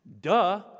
Duh